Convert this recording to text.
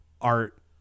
art